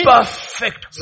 perfect